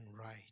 right